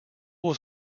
was